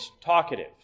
Talkative